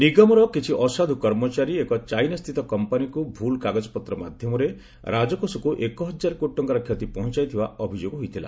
ନିଗମର କିଛି ଅସାଧୁ କର୍ମଚାରୀ ଏକ ଚାଇନା ସ୍ଥିତ କମ୍ପାନୀକୁ ଭୁଲ୍ କାଗଜପତ୍ର ମାଧ୍ୟମରେ ରାଜକୋଷକୁ ଏକ ହଜାର କୋଟି ଟଙ୍କାର କ୍ଷତି ପହଞ୍ଚାଇଥିବା ଅଭିଯୋଗ ହୋଇଥିଲା